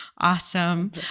awesome